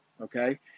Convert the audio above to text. okay